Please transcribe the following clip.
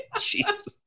Jesus